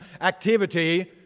activity